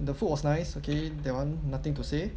the food was nice okay that one nothing to say